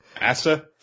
Asa